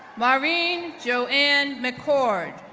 maureen jo-anne mccord,